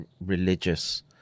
religious